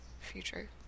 Future